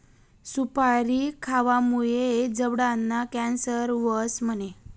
सुपारी खावामुये जबडाना कॅन्सर व्हस म्हणे?